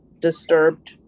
disturbed